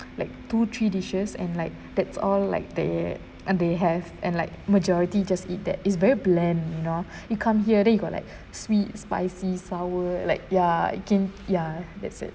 like two three dishes and like that's all like that uh they have and like majority just eat that is very bland you know you come here then you got like sweet spicy sour like ya can ya that's it